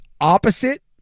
opposite